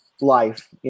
life